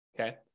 okay